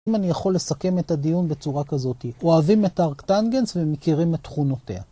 אם אני יכול לסכם את הדיון בצורה כזאת, אוהבים את ארקטנגנס ומכירים את תכונותיה.